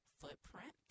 footprint